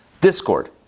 discord